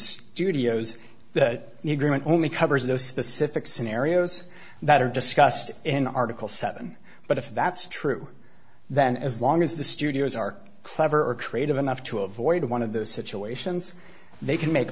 studios the agreement only covers those specific scenarios that are discussed in the article seven but if that's true then as long as the studios are cleverer creative enough to avoid one of those situations they can make